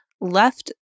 left